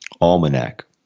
Almanac